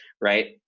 right